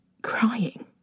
Crying